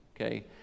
okay